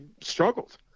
struggled